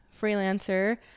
freelancer